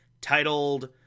titled